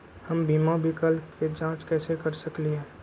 हम बीमा विकल्प के जाँच कैसे कर सकली ह?